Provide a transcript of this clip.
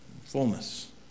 Fullness